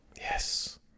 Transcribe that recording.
Yes